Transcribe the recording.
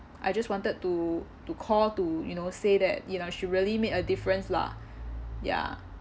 I just wanted to to call to you know say that you know she really made a difference lah ya